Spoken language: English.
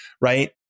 right